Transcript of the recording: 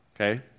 Okay